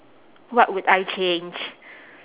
what would I change